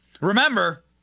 Remember